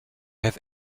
have